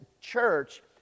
church